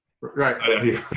right